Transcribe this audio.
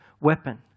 weapon